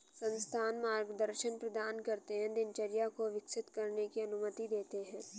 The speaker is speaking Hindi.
संस्थान मार्गदर्शन प्रदान करते है दिनचर्या को विकसित करने की अनुमति देते है